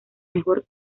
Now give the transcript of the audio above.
mejor